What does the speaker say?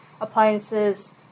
appliances